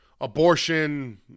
Abortion